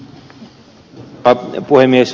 arvoisa puhemies